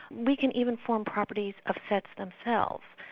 we can even form properties of sets themselves.